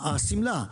השמלה,